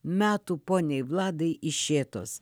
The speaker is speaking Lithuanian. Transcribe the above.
metų poniai vladai iš šėtos